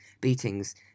beatings